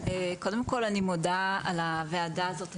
קודם כל, אני מודה על הוועדה הזאת.